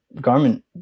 garment